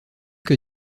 que